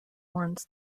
warns